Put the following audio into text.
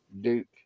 Duke